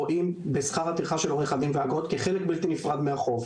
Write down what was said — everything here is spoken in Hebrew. רואים בשכר הטרחה של העורך דין כחלק בלתי נפרד מהחוב.